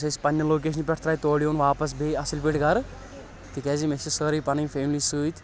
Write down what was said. یُس اَسہِ پننہِ لوکیشنہِ پٮ۪ٹھ ترٛایہِ تور یِوُن واپس بیٚیہِ اصل پأٹھۍ گرٕ تِکیٛازِ مےٚ چھ سأرٕے پنٕنۍ فیملی سۭتۍ